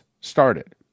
started